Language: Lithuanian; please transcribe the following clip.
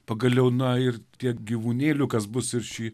pagaliau na ir tiek gyvūnėlių kas bus ir šį